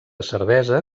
cervesa